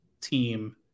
team